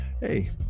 Hey